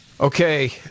Okay